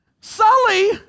Sully